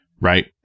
Right